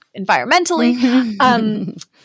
environmentally